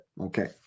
okay